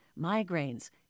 migraines